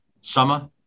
summer